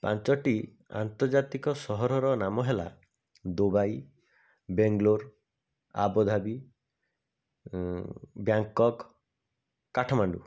ପାଞ୍ଚଟି ଆନ୍ତର୍ଜାତିକ ସହରର ନାମ ହେଲା Dubai Bangalore Abu Dhabi Bangkok Kathmandu